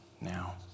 now